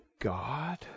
God